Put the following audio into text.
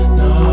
no